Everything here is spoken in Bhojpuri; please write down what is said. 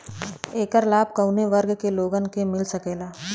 ऐकर लाभ काउने वर्ग के लोगन के मिल सकेला?